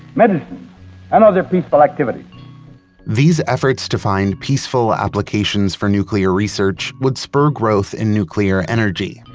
medicine and other peaceful activities these efforts to find peaceful applications for nuclear research would spur growth in nuclear energy,